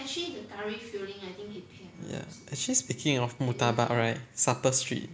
ya actually speaking of murtabak right supper street